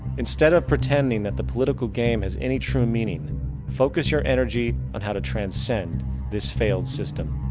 instead of pretending that the political game has any true meaning focus your energy on how to transcend this failed system.